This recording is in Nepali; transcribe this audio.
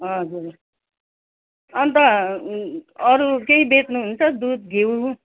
हजुर अन्त अरू केही बेच्नुहुन्छ दुध घिउ